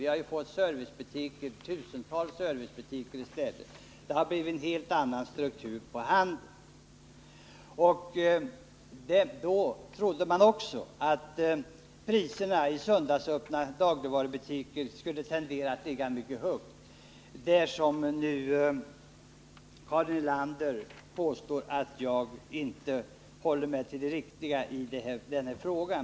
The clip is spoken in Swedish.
Vi har fått tusentals servicebutiker i stället. Det har blivit en helt annan struktur på handeln. Tidigare trodde man också att priserna i söndagsöppna dagligvarubutiker skulle komma att ligga mycket högt. Och Karin Nordlander påstår nu att jag inte håller mig till sanningen i denna fråga.